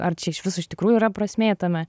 ar čia iš viso iš tikrųjų yra prasmė tame